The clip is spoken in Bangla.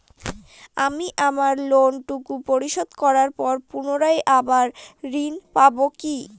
আমি আমার লোন টুকু পরিশোধ করবার পর পুনরায় আবার ঋণ পাবো কি?